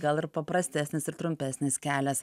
gal ir paprastesnis ir trumpesnis kelias